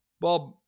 Bob